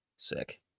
Sick